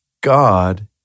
God